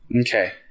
Okay